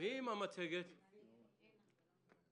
המצגת לא עולה.